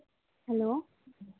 hello